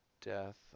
death